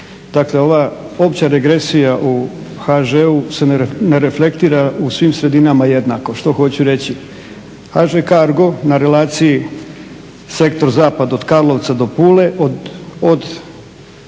Dakle, ova opća regresija u HŽ-u se ne reflektira u svim sredinama jednako. Što hoću reći? HŽ Cargo na relaciji sektor zapad od Karlovca do Pule od